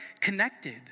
connected